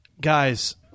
Guys